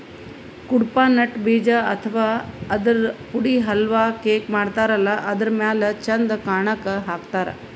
Cuddapah nut ಬೀಜ ಅಥವಾ ಆದ್ರ ಪುಡಿ ಹಲ್ವಾ, ಕೇಕ್ ಮಾಡತಾರಲ್ಲ ಅದರ್ ಮ್ಯಾಲ್ ಚಂದ್ ಕಾಣಕ್ಕ್ ಹಾಕ್ತಾರ್